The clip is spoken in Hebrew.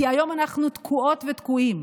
כי היום אנחנו תקועות ותקועים.